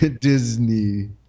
Disney